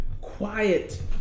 quiet